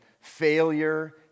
failure